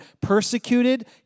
persecuted